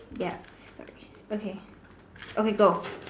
yup okay okay go